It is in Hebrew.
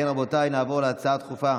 רבותיי, נעבור להצעות דחופות